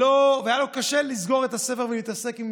היה לו קשה לסגור את הספר ולהתעסק,